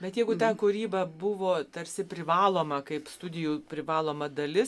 bet jeigu ta kūryba buvo tarsi privaloma kaip studijų privaloma dalis